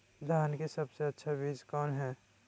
धान की सबसे अच्छा बीज कौन है?